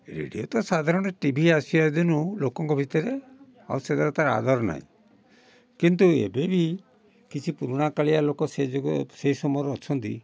radio ତ ସାଧାରଣରେ TV ଆସିବା ଦିନୁ ଲୋକଙ୍କ ଭିତରେ ଅଶୀଳତାର ଆଦର ନାହିଁ କିନ୍ତୁ ଏବେ ବି କିଛି ପୁରୁଣା କାଳିଆ ଲୋକ ସେ ଯୁଗ ସେ ସମୟର ଅଛନ୍ତି